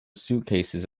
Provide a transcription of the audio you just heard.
suitcases